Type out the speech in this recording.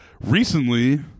Recently